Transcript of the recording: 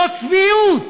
זו צביעות.